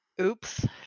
Oops